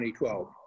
2012